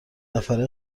نفره